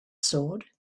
sword